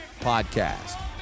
podcast